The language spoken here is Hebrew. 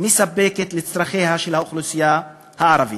מספקת לצרכיה של האוכלוסייה הערבית.